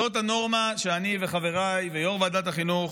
זאת הנורמה שאני וחבריי ויו"ר ועדת החינוך